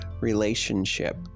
relationship